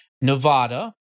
Nevada